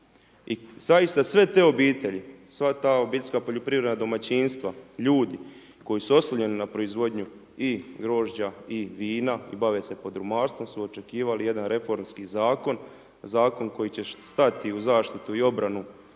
I zaista sve te obitelji, sva ta obiteljska poljoprivredna domaćinstva, ljudi koji se oslanjaju na proizvodnju i grožđa i vina i bave se podrumarstvo su očekivali jedan reformski zakon, zakon koji će stati u zaštitu i obranu